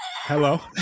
hello